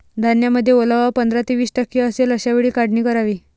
धान्यामध्ये ओलावा पंधरा ते वीस टक्के असेल अशा वेळी काढणी करावी